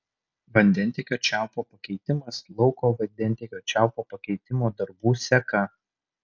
vandentiekio čiaupo pakeitimas lauko vandentiekio čiaupo pakeitimo darbų seka